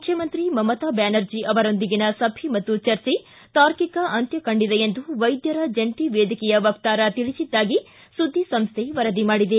ಮುಖ್ಯಮಂತ್ರಿ ಮಮತಾ ಬ್ಯಾನರ್ಜಿ ಅವರೊಂದಿಗಿನ ಸಭೆ ಮತ್ತು ಚರ್ಚೆ ತಾರ್ಕಿಕ ಅಂತ್ಯ ಕಂಡಿದೆ ಎಂದು ವೈದ್ದರ ಜಂಟ ವೇದಿಕೆಯ ವಕ್ತಾರ ತಿಳಿಸಿದ್ದಾಗಿ ಸುದ್ದಿ ಸಂಸ್ಥೆ ವರದಿ ಮಾಡಿದೆ